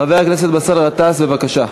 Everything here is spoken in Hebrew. חבר הכנסת באסל גטאס, בבקשה.